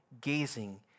gazing